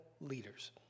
leaders